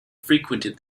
frequented